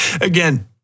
Again